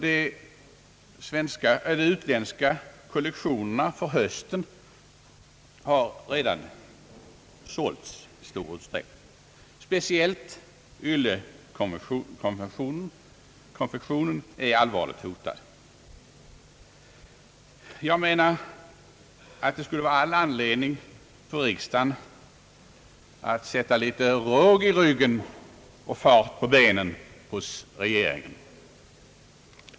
De utländska kollektionerna för hösten har redan i stor utsträckning sålts. Speciellt yllekonfektionen är allvarligt hotad. Det skulle vara all anledning för riksdagen, anser jag, att sätta litet råg i ryggen och fart på benen hos regeringen.